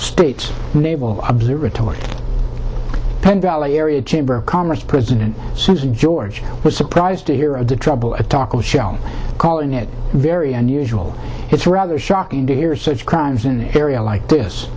states naval observatory penn valley area chamber of commerce president since george was surprised to hear of the trouble at talk of shell calling it very unusual it's rather shocking to hear such crimes in an area like this